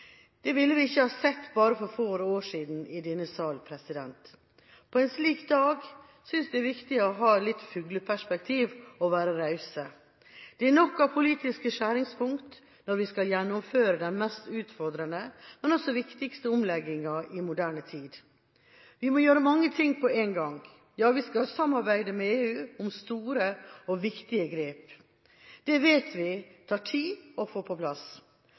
Det ville vi ikke ha sett for bare få år siden i denne sal. På en slik dag synes jeg det er viktig å ha litt fugleperspektiv og være raus. Det er nok av politiske skjæringspunkt når vi skal gjennomføre den mest utfordrende, men også viktigste, omleggingen i moderne tid. Vi må gjøre mange ting på en gang. Ja, vi skal samarbeide med EU om store og viktige grep. Det vet vi tar tid å få på plass.